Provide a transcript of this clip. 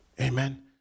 Amen